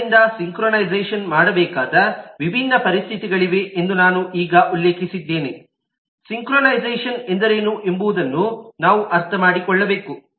ಆದ್ದರಿಂದ ಸಿಂಕ್ರೊನೈಝೆಶನ್ ಮಾಡಬೇಕಾದ ವಿಭಿನ್ನ ಪರಿಸ್ಥಿತಿಗಳಿವೆ ಎಂದು ನಾನು ಈಗ ಉಲ್ಲೇಖಿಸಿದ್ದೇನೆ ಸಿಂಕ್ರೊನೈಝೆಶನ್ ಎಂದರೇನು ಎಂಬುದನ್ನು ನಾವು ಅರ್ಥಮಾಡಿಕೊಳ್ಳಬೇಕು